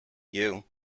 you